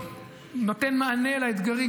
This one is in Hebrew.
נותן מענה לאתגרים,